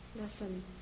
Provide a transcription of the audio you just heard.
Listen